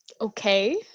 okay